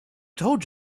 told